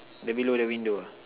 the below the window ah